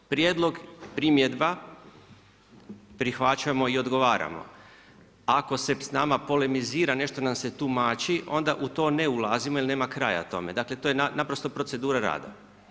Prijedlog primjedba prihvaćamo i odgovaramo, ako se s nama polemizira, nešto nam se tumači, onda u to ne ulazimo jer nema kraja tome, dakle to je naprosto procedura rada.